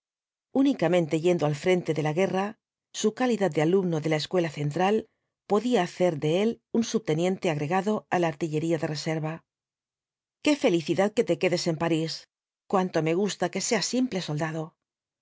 únicamente yendo al frente de la guerra su calidad de alumno de la escuela central podía hacer de él un subteniente agregado á la artillería de reserva qué felicidad que te quedes en parís cuánto me gusta que seas simple soldado